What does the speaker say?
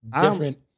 different